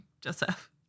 joseph